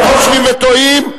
הם חושבים וטועים,